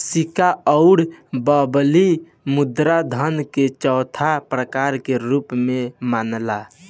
सिक्का अउर बबली मुद्रा धन के चौथा प्रकार के रूप में मनाला